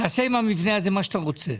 תעשה עם המבנה הזה מה שאתה רוצה.